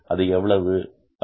அது எவ்வளவு அது 9000